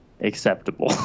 acceptable